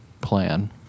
plan